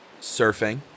Surfing